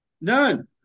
None